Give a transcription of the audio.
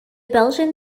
belgian